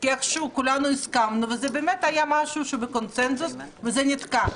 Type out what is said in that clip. כי איכשהו כולנו הסכמנו וזה באמת היה בקונצנזוס וזה נתקע.